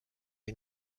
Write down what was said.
den